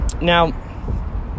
Now